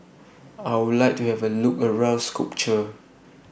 I Would like to Have A Look around Skopje